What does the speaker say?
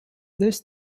this